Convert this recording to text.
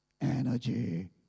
energy